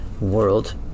world